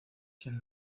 quien